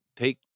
Take